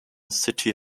city